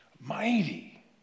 mighty